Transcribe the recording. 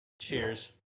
cheers